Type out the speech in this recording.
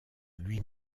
lui